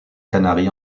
canaries